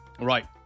Right